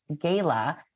Gala